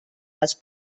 dels